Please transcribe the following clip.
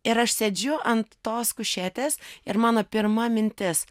ir aš sėdžiu ant tos kušetės ir mano pirma mintis